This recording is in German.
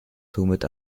somit